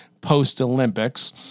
post-Olympics